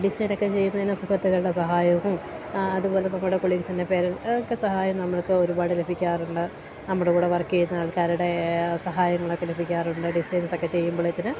ഡിസൈനൊക്കെ ചെയ്യുന്നതിന് സുഹ്യത്തുക്കളുടെ സഹായവും അതുപോലെ നമ്മുടെ കൊളീക്സിൻ്റെ പേരൻ ഒക്കെ സഹായം നമ്മൾക്ക് ഒരുപാട് ലഭിക്കാറുണ്ട് നമ്മുടെ കൂടെ വർക്ക് ചെയ്യുന്ന ആൾക്കാരുടെ സഹായങ്ങളൊക്കെ ലഭിക്കാറുണ്ട് ഡിസൈൻസ് ഒക്കെ ചെയ്യുമ്പോളത്തിന്